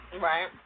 Right